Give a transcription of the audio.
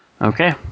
Okay